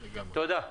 תודה.